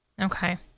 Okay